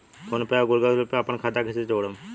PhonePe या Google Pay पर अपना खाता के कईसे जोड़म?